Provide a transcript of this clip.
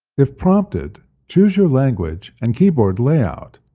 if prompted, choose your language, and keyboard layout.